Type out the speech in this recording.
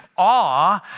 awe